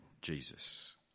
Jesus